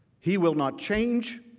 he will not change.